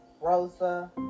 Rosa